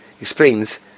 explains